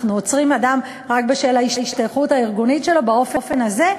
אנחנו עוצרים אדם רק בשל ההשתייכות הארגונית שלו באופן הזה?